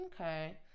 okay